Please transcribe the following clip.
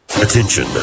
Attention